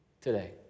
today